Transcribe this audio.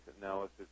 analysis